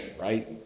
right